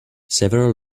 several